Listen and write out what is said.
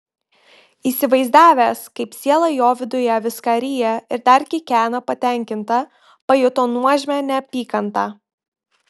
įsivaizdavęs kaip siela jo viduje viską ryja ir dar kikena patenkinta pajuto nuožmią neapykantą